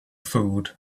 food